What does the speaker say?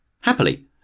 Happily